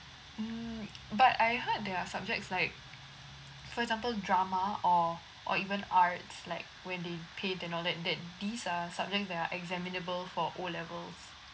mm but I heard there are subjects like for example drama or or even arts like when they paint and all that that these are subjects that are examinable for O levels